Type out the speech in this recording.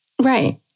Right